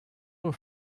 were